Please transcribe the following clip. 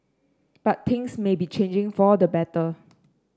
but things may be changing for the better